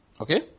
okay